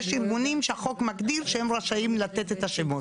יש ארגונים שהחוק מגדיר שהם רשאים לתת את השמות